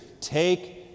Take